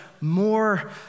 more